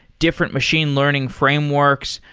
different machine learning frameworks.